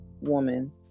woman